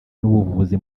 n’ubuvuzi